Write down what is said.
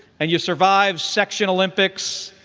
and you survived section olympics,